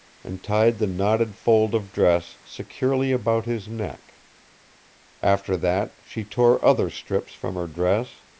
and tied the knotted fold of dress securely about his neck after that she tore other strips from her dress,